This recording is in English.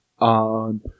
on